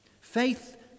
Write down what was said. Faith